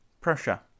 Prussia